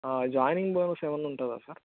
joining bonus ఏమైనా ఉంటుందా sir